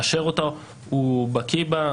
יאשר אותה, הוא בקי בה.